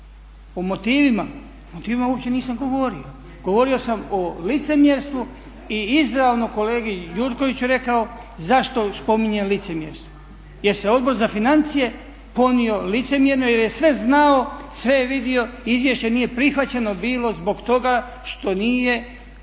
O motivima? O motivima uopće nisam govorio. Govorio sam o licemjerstvu i izravno kolegi Gjurkoviću rekao zašto spominje licemjerstvo. Jer se Odbor za financije ponio licemjerno jer je sve znao, sve je vidio. Izvješće nije prihvaćeno bilo zbog toga što nije uopće